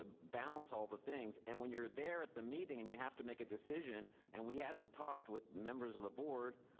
balance all the things, and when you're there at the meeting and you have to make a decision and he hasn't talked with members of the board,